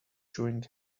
chewing